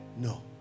no